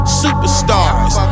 superstars